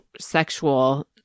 sexual